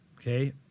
okay